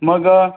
मग